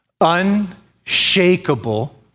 Unshakable